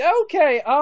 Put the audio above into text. Okay